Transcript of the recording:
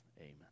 Amen